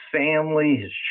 family